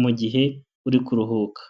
mu gihe uri kuruhuka.